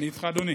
אני איתך, אדוני.